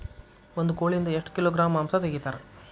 ಒಂದು ಕೋಳಿಯಿಂದ ಎಷ್ಟು ಕಿಲೋಗ್ರಾಂ ಮಾಂಸ ತೆಗಿತಾರ?